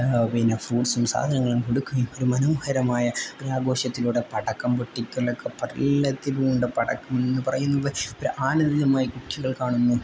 പിന്നെ ഫ്രൂട്ട്സും സാധനങ്ങളും കൊടുക്കുകയും ഒരു മനോഹരമായ ഒരാഘോഷത്തിലൂടെ പടക്കം പൊട്ടിക്കലൊക്കെ എല്ലാത്തിലുമുണ്ട് പടക്കം എന്ന് പറയുന്നത് ഒരു ആനന്ദിതമായി കുട്ടികൾ കാണുന്നു